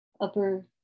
upper